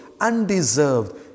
undeserved